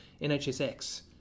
NHSX